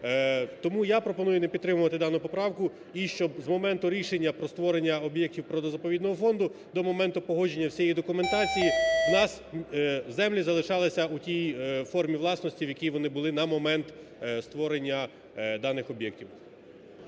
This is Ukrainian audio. Тому я пропоную не підтримувати дану поправку. І щоб з моменту рішення про створення об'єктів природно-заповідного фонду до моменту погодження всієї документації в нас землі залишалися у тій формі власності, в якій вони були на момент створення даних об'єктів.